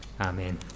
Amen